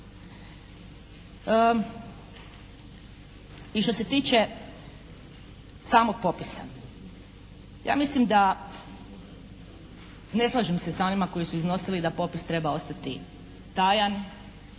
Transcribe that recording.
I što se tiče samog popisa ja mislim da ne slažem se sa onima koji su iznosili da popis treba ostati tajan.